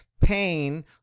Pain